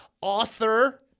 author